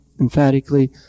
emphatically